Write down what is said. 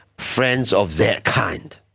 friends of that kind,